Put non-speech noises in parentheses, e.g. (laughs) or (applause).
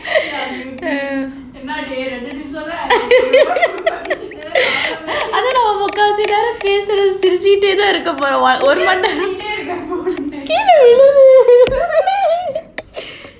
(laughs) என்னடி ரெண்டு நிமிஷம் ஆயிருக்கு முக்காவாசி நேரம் சிரிச்சிட்டே தான் இருக்க போறோமா நீ ஏன் சிரிச்சிகிட்டே இருக்க:ennadi rendu nimisham aayirukku mukkavaasi neram sirichitae thaan irukka poroma nee yen sirichikite irukka